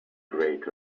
great